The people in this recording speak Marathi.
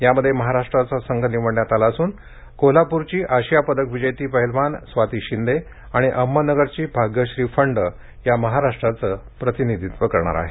यामध्ये महाराष्ट्राचा संघ निवडण्यात आला असून कोल्हापूरची आशिया पदक विजेती पैलवान स्वाती शिंदे आणि अहमदनगरची भाग्यश्री फंड या महाराष्ट्राचे प्रतिनिधित्व करणार आहेत